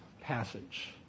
passage